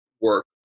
work